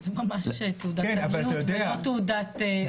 זו ממש תעודת עניות, זו לא תעודת יוקרה.